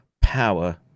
power